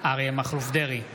אריה מכלוף דרעי,